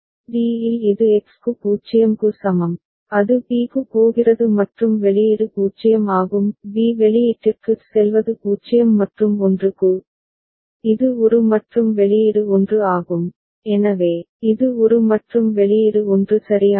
D இல் இது X க்கு 0 க்கு சமம் அது b க்கு போகிறது மற்றும் வெளியீடு 0 ஆகும் b வெளியீட்டிற்குச் செல்வது 0 மற்றும் 1 க்கு இது ஒரு மற்றும் வெளியீடு 1 ஆகும் எனவே இது ஒரு மற்றும் வெளியீடு 1 சரியானது